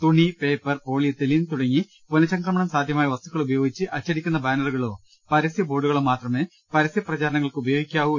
തുണി paper polyethylene തുടങ്ങി പുനഃചംക്രമണം സാധ്യമായ വസ്തുക്കൾ ഉപയോഗിച്ച് അച്ചടിക്കുന്ന ബാനറുകളോ പരസ്യബോർഡു കളോ മാത്രമേ പരസ്യപ്രചാരണങ്ങൾക്ക് ഉപയോഗിക്കാവൂ